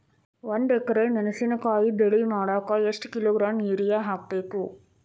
ಒಂದ್ ಎಕರೆ ಮೆಣಸಿನಕಾಯಿ ಬೆಳಿ ಮಾಡಾಕ ಎಷ್ಟ ಕಿಲೋಗ್ರಾಂ ಯೂರಿಯಾ ಹಾಕ್ಬೇಕು?